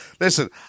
Listen